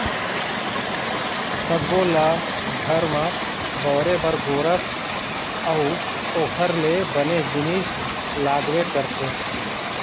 सब्बो ल घर म बउरे बर गोरस अउ ओखर ले बने जिनिस लागबे करथे